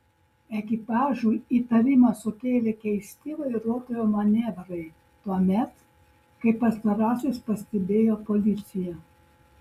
ekipažui įtarimą sukėlė keisti vairuotojo manevrai tuomet kai pastarasis pastebėjo policiją